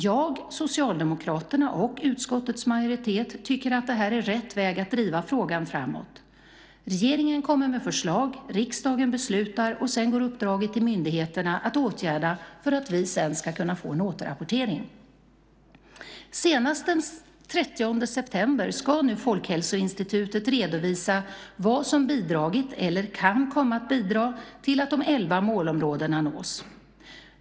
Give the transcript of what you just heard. Jag, Socialdemokraterna och utskottets majoritet tycker att detta är rätt väg att driva frågan framåt - regeringen kommer med förslag, riksdagen beslutar och sedan går uppdraget till myndigheterna att åtgärda för att vi sedan ska få en återrapportering. Senast den 30 september ska nu Folkhälsoinstitutet redovisa vad som bidragit eller kan komma att bidra till att de elva målområdena nås.